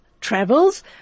travels